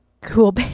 cool